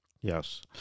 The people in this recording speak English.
Yes